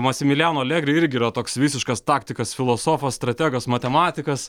masimilijano alegri irgi yra toks visiškas taktikas filosofas strategas matematikas